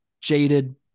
jaded